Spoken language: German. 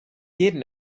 jeden